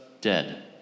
dead